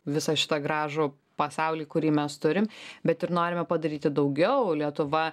visą šitą gražų pasaulį kurį mes turim bet ir norime padaryti daugiau lietuva